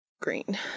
Green